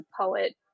poet